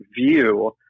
view